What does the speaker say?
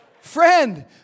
friend